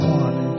one